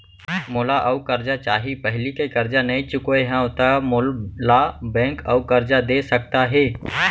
मोला अऊ करजा चाही पहिली के करजा नई चुकोय हव त मोल ला बैंक अऊ करजा दे सकता हे?